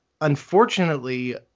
unfortunately